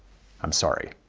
i'm sorry.